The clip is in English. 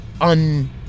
un